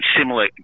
similar